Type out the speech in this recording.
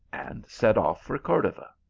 and set off for cordova.